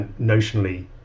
notionally